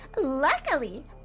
Luckily